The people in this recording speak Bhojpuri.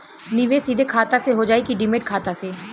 निवेश सीधे खाता से होजाई कि डिमेट खाता से?